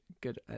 good